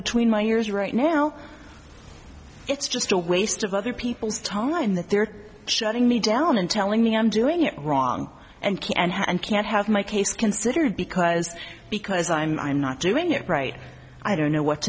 between my years right now it's just a waste of other people's time that they're shutting me down and telling me i'm doing here wrong and can and can't have my case considered because because i'm i'm not doing it right i don't know what